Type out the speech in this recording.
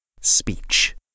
Speech